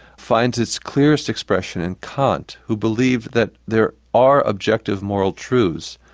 finds its clearest expression in kant, who believed that there are objective moral truths,